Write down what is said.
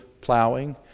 plowing